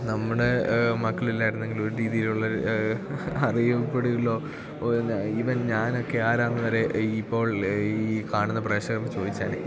നമ്മുടെ മക്കൾ ഇല്ലായിരുന്നെങ്കില് ഒരു രീതിലുള്ള ഒരു അറിയപ്പെടുകളോ എന്നാൽ ഈവൻ ഞാനൊക്കെ ആരാണെന്ന് വരെ ഈ ഇപ്പോൾ ഈ കാണുന്ന പ്രേഷകര് ചോദിച്ചാൽ